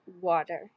water